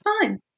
fine